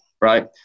right